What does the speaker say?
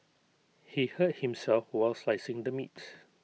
he hurt himself while slicing the meats